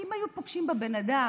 כי אם היו פוגשים בבן אדם,